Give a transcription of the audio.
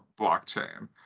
blockchain